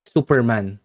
Superman